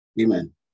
Amen